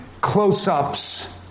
close-ups